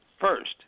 First